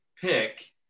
pick